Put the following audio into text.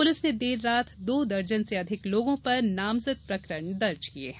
police ने देर रात दो दर्जन से अधिक लोगों पर नामजद प्रकरण दर्ज किये है